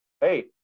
hey